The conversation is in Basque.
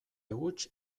huts